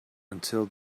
until